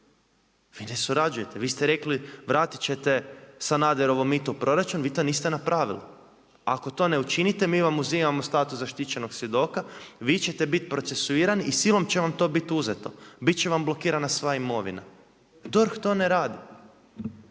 vi ne surađujete, vi ste rekli vratit ćete Sanaderovo mito u proračun, vi to niste napravili, ako to ne učinite mi vam uzimamo status zaštićenog svjedoka, vi ćete biti procesuirani i silom će vam to biti uzeto, bit će vam blokirana sva imovina. DORH to ne radi.